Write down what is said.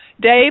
Dave